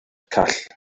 call